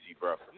bro